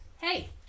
Hey